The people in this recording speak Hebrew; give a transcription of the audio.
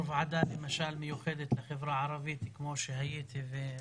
ועדה מיוחדת לחברה הערבית כמו שהייתי,